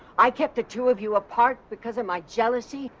i kept the two of you apart because of my jealousy,